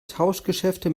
tauschgeschäfte